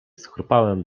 schrupałem